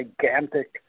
gigantic